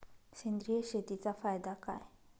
सेंद्रिय शेतीचा फायदा काय?